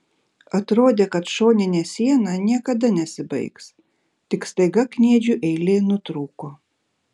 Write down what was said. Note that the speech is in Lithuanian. atrodė kad šoninė siena niekada nesibaigs tik staiga kniedžių eilė nutrūko